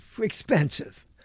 expensive